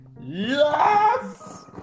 Yes